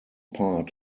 part